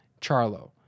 charlo